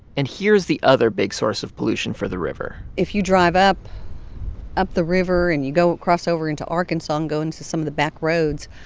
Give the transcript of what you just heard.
and here's the other big source of pollution for the river if you drive up up the river, and you go across over into arkansas and go into some of the back roads,